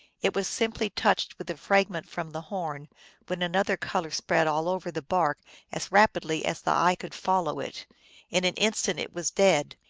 it was simply touched with the frag ment from the horn when another color spread all over the bark as rapidly as the eye could follow it in an instant it was dead,